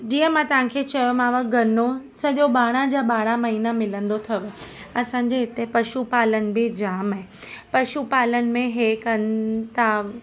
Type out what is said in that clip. जीअं मां तव्हांखे चयोमांव गनो सॼो ॿारहां जा ॿारहां महीना मिलंदो अथव ऐं असांजे हिते पशूपालन बि जामु आहे पशू पालन में हे कनि था